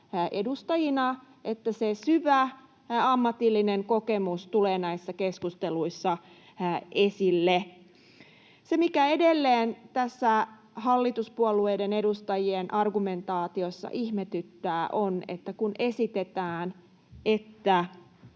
edustajina: että se syvä ammatillinen kokemus tulee näissä keskusteluissa esille. Se, mikä edelleen tässä hallituspuolueiden edustajien argumentaatiossa ihmetyttää, on se, että kun esitetään